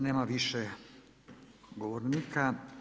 Nema više govornika.